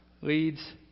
leads